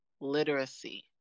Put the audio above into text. literacy